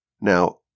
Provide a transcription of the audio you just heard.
Now